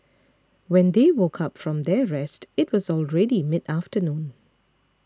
when they woke up from their rest it was already mid afternoon